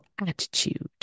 attitude